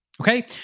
okay